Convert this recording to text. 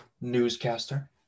newscaster